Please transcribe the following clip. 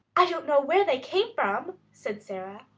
i don't know where they came from, said sara,